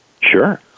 Sure